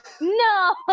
no